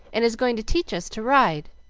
and is going to teach us to ride.